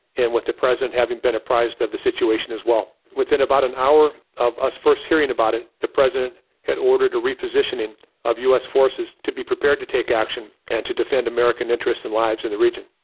with the president having been apprised of the situation as well. with in about an hour of us first hearing about it, the president had ordered a repositioning of us forces to be prepared to take action and to defend american interests in lives in the region.